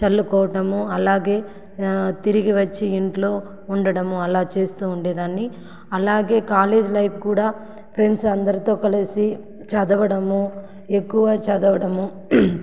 చల్లుకోవటము అలాగే తిరిగి వచ్చి ఇంట్లో ఉండడము అలా చేస్తు ఉండేదాన్ని అలాగే కాలేజ్ లైఫ్ కూడా ఫ్రెండ్స్ అందరితో కలిసి చదవడము ఎక్కువ చదవడము